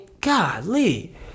golly